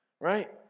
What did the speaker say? right